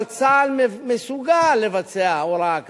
אבל צה"ל מסוגל לבצע הוראה כזו.